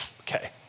okay